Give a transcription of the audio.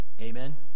Amen